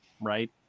right